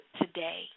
today